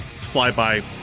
flyby